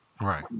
Right